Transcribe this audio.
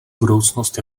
budoucnost